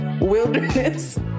wilderness